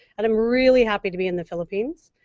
and i'm really happy to be in the philippines.